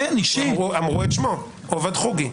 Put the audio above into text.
אמרו את שמו עובד חוגי.